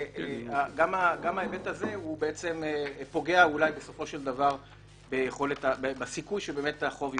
גם ההיבט הזה אולי פוגע בסופו של דבר בסיכוי שהחוב יוחזר.